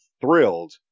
thrilled